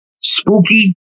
spooky